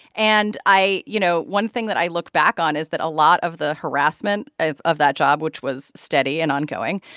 and i you know, one thing that i look back on is that a lot of the harassment of of that job, which was steady and ongoing,